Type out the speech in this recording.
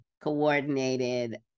coordinated